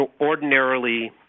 ordinarily